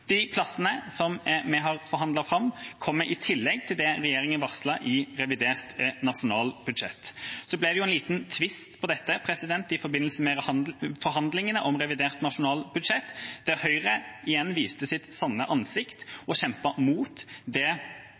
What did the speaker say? De plassene vi har forhandlet fram, kommer i tillegg til det regjeringa varslet i revidert nasjonalbudsjett. Det ble en liten tvist om dette i forbindelse med forhandlingene om revidert nasjonalbudsjett, der Høyre igjen viste sitt sanne ansikt og kjempet mot det